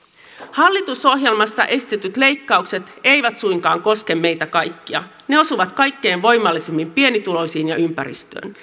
hallitusohjelmassa esitetyt leikkaukset eivät suinkaan koske meitä kaikkia ne osuvat kaikkein voimallisimmin pienituloisiin ja ympäristöön